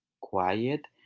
quiet